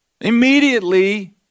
Immediately